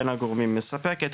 בין הגורמים מספקת,